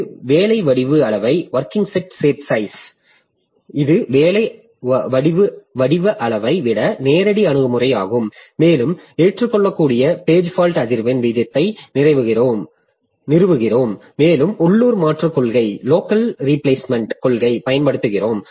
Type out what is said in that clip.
இது வேலை வடிவ அளவை விட நேரடி அணுகுமுறையாகும் மேலும் ஏற்றுக்கொள்ளக்கூடிய பேஜ் ஃபால்ட் அதிர்வெண் வீதத்தை நிறுவுகிறோம் மேலும் உள்ளூர் மாற்றுக் கொள்கையைப் பயன்படுத்துகிறோம்